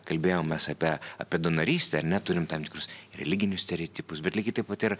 kalbėjom mes apie apie donorystę ar ne turim tam tikrus religinius stereotipus bet lygiai taip pat ir